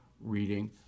reading